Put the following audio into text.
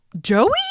Joey